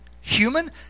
human